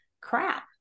crap